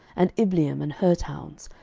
and ibleam and her towns,